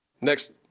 Next